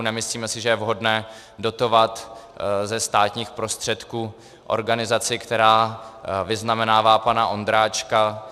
Nemyslíme si, že je vhodné dotovat ze státních prostředků organizaci, která vyznamenává pana Ondráčka.